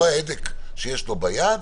לא ההדק שיש לו ביד,